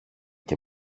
και